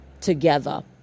together